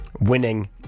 winning